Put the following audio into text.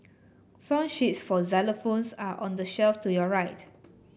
song sheets for xylophones are on the shelf to your right